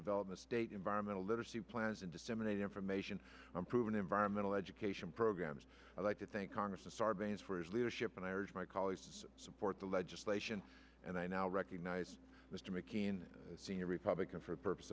development state environmental literacy plans and disseminate information improving environmental education programs i'd like to thank congressman sarbanes for his leadership and i urge my colleagues support the legislation and i now recognize mr mckeen senior republican for purpose